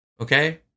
Okay